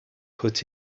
put